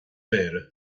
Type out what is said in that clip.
mhéara